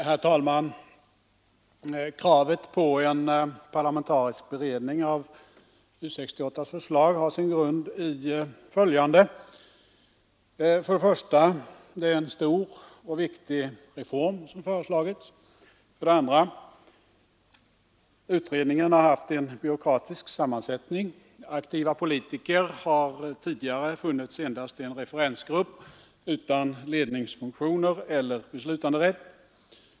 Herr talman! Kravet på en parlamentarisk beredning av U 68 s förslag har sin grund i följande. För det första är det en stor och viktig reform som föreslagits. För det andra har utredningen haft en byråkratisk sammansättning. Aktiva politiker har tidigare funnits endast i en referensgrupp utan ledningsfunktioner eller beslutanderätt.